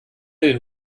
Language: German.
den